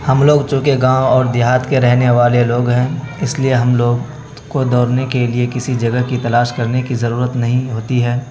ہم لوگ چونکہ گاؤں اور دیہات کے رہنے والے لوگ ہیں اس لیے ہم لوگ کو دوڑنے کے لیے کسی جگہ کی تلاش کرنے کی ضرورت نہیں ہوتی ہے